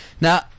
Now